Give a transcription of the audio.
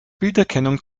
bilderkennung